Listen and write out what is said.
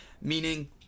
meaning